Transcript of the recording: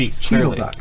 clearly